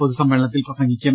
പൊതു സമ്മേളനത്തിൽ പ്രസംഗിക്കും